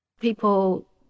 People